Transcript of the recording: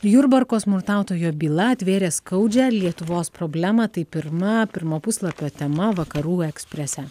jurbarko smurtautojo byla atvėrė skaudžią lietuvos problemą tai pirma pirmo puslapio tema vakarų eksprese